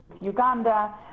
uganda